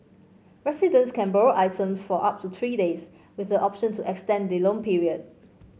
residents can borrow items for up to three days with the option to extend the loan period